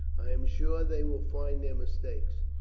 i am sure they will find their mistake.